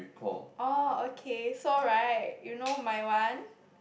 oh okay so right you know my one